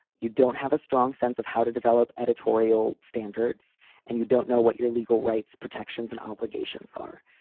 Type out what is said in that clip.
you don't have a strong sense of how to develop editorial standards and you don't know what your legal rights, protections and obligations are.